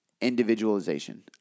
individualization